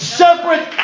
separate